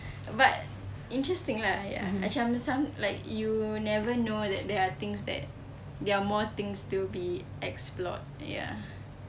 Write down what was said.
but interesting lah ya macam some like you never know that there are things that there are more things to be explored ya